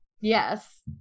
yes